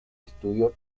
estudio